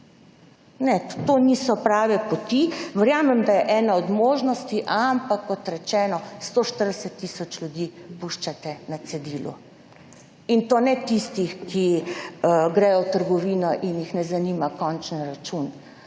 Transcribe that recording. to niso prave poti, verjamem, da je ena od možnosti, ampak kot rečeno 140 tisoč ljudi puščate na cedilu in to ne tistih, ki gredo v trgovino in jih ne zanima končni račun,